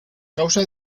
causa